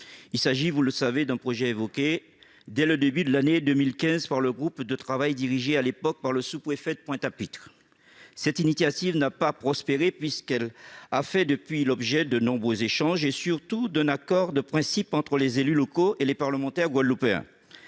Il s'agit, vous le savez, d'un projet évoqué dès le début de l'année 2015 par le groupe de travail dirigé, à l'époque, par le sous-préfet de Pointe-à-Pitre. Cette initiative n'a pas prospéré, mais elle a, depuis lors, fait l'objet de nombreux échanges et, surtout, d'un accord de principe entre les élus locaux et les parlementaires guadeloupéens.